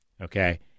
Okay